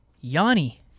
Yanni